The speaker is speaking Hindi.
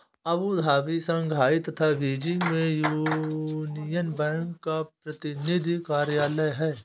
अबू धाबी, शंघाई तथा बीजिंग में यूनियन बैंक का प्रतिनिधि कार्यालय है?